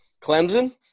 Clemson